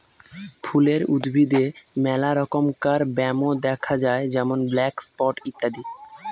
ফুলের উদ্ভিদে মেলা রমকার ব্যামো দ্যাখা যায় যেমন ব্ল্যাক স্পট ইত্যাদি